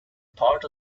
part